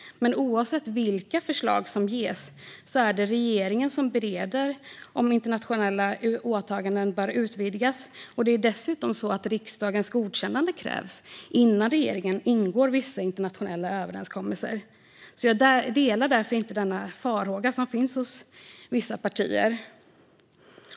Men oavsett vilka förslag som ges är det regeringen som bereder om internationella åtaganden bör utvidgas. Det är dessutom så att riksdagens godkännande krävs innan regeringen ingår vissa internationella överenskommelser. Jag delar därför inte denna farhåga som finns hos vissa partier.